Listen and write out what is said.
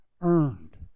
earned